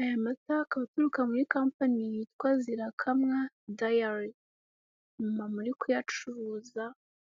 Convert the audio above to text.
Aya mata akaba aturuka mu kapani yitwa zirakamwa dayari. Umumama uri kuyacuruza.